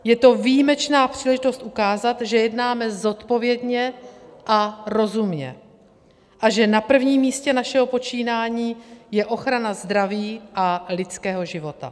Je to výjimečná příležitost ukázat, že jednáme zodpovědně a rozumně a že na prvním místě našeho počínání je ochrana zdraví a lidského života.